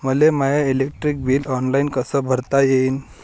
मले my electric bill online कस भरता येईन?